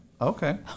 Okay